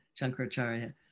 Shankaracharya